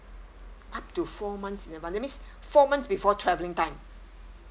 up to four months in advance that means four months before travelling time